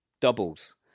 doubles